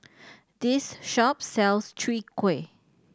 this shop sells Chwee Kueh